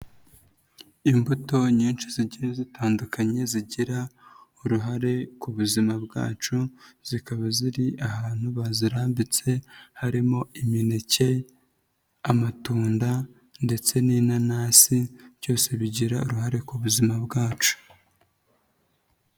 Imbuto nyinshi zigiye zitandukanye zigira uruhare ku buzima bwacu, zikaba ziri ahantu bazirambitse, harimo imineke, amatunda ndetse n'inanasi, byose bigira uruhare ku buzima bwacu.